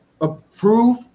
approve